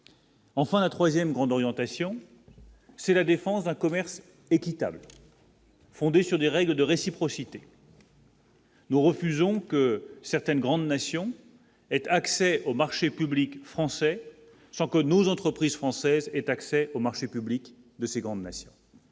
Enfin 3ème grande orientation. C'est la défense d'un commerce équitable. Fondée sur des règles de réciprocité. Nous refusons que certaines grandes nations et accès aux marchés publics français sans que nos entreprises françaises est accès aux marchés publics de ces grandes nations,